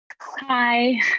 Hi